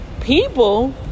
people